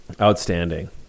Outstanding